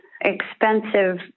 expensive